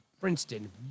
Princeton